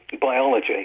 biology